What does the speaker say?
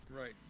Right